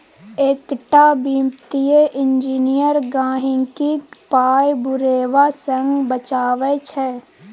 एकटा वित्तीय इंजीनियर गहिंकीक पाय बुरेबा सँ बचाबै छै